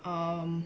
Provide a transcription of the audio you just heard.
mm